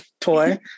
Toy